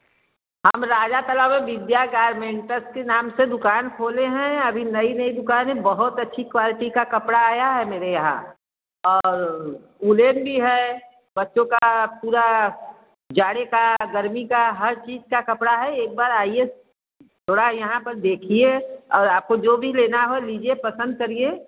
हम राजातलावे विद्या गारमेंटस के नाम पर दुकान खोलें हैं अभी नई नई दुकान है बहुत अच्छी क्वालिटी का कपड़ा आया है मेरे यहाँ और उलेन भी है बच्चों का पूरा जाड़े का गर्मी का हर चीज़ का कपड़ा है एक बार आइए थोड़ा यहाँ पर देखिए और आपको जो भी लेना हो लीजिए पसंद करिए